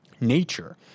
nature